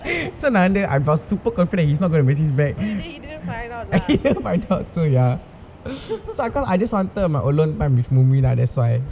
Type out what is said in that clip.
so நா வந்து:naa vanthu I was super confident he's not going to message back he didn't find out so ya so I cause I just wanted my alone time with mumin lah that's why